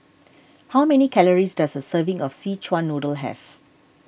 how many calories does a serving of Szechuan Noodle have